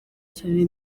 cyane